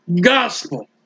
gospel